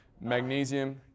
Magnesium